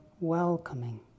welcoming